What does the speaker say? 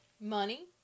Money